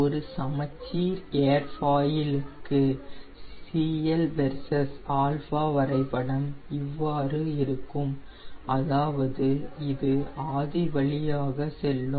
ஒரு சமச்சீர் ஏர்ஃபாயிலுக்கு CL வெர்சஸ் α வரைபடம் இவ்வாறு இருக்கும் அதாவது இது ஆதி வழியாக செல்லும்